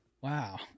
Wow